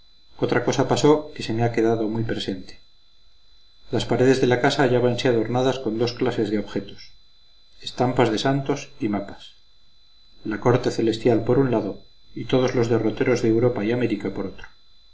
otra cosa pasó que se me ha quedado muy presente las paredes de la casa hallábanse adornadas con dos clases de objetos estampas de santos y mapas la corte celestial por un lado y todos los derroteros de europa y américa por otro